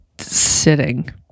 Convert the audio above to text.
sitting